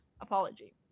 apology